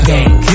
Gang